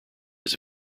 his